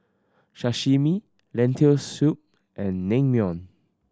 Sashimi Lentil Soup and Naengmyeon